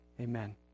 Amen